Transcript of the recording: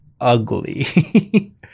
ugly